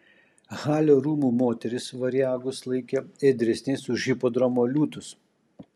halio rūmų moterys variagus laikė ėdresniais už hipodromo liūtus